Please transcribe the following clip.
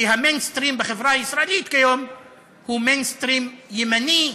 כי ה"מיינסטרים" בחברה הישראלית היום הוא "מיינסטרים" ימני.